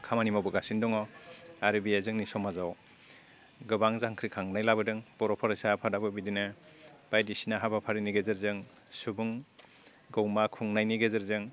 खामानि मावबोगासिनो दङो आरो बेयो जोंनि समाजाव गोबां जांख्रिखांनाय लाबोदों बर' फरायसा आफादआबो बिदिनो बायदिसिना हाबाफारिनि गेजेरजों सुबुं गौमा खुंनाीयनि गेजेरजों